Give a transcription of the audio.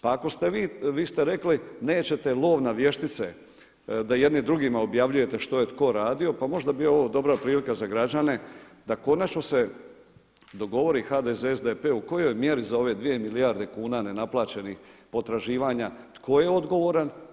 Pa ako ste vi, vi ste rekli nećete lov na vještice da jedni drugima objavljujete što je tko radio, pa možda bi ovo dobra prilika za građane da konačno se dogovori HDZ, SDP u kojoj mjeri za ove 2 milijarde kuna nenaplaćenih potraživanja tko je odgovoran.